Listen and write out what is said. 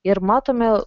ir matome